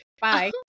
bye